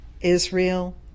Israel